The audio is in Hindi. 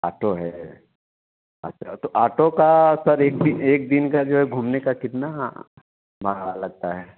आटो है अच्छा तो आटो का सर एक एक दिन का जो है घूमने का कितना भाड़ा लगता है